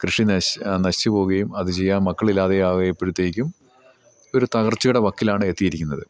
കൃഷി നശിച്ചുപോവുകയും അത് ചെയ്യാൻ മക്കളില്ലാതെ ആയപ്പോഴത്തേക്കും ഒരു തകർച്ചയുടെ വക്കിലാണ് എത്തിയിരിക്കുന്നത്